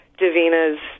Davina's